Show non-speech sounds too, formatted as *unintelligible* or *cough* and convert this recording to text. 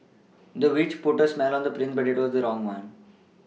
the witch put a spell on the prince but it *unintelligible* the wrong one